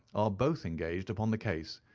are both engaged upon the case,